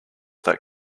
that